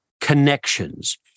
connections